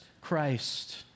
Christ